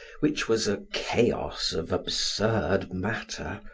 which was a chaos of absurd matter,